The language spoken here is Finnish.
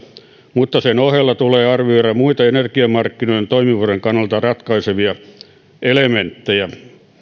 mutta sen ohella tulee arvioida myös muita energiamarkkinojen toimivuuden kannalta ratkaisevia elementtejä